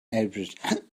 edward